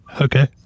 Okay